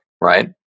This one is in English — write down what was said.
right